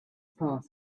path